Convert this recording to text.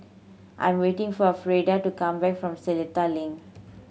I'm waiting for a Freeda to come back from Seletar Link